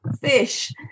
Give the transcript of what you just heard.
fish